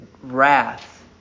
wrath